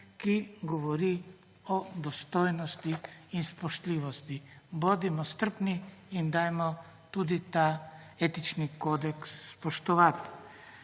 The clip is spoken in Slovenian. ki govori o dostojnosti in spoštljivosti. Bodimo strpni in dajmo tudi ta etični kodeks spoštovati.